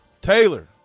Taylor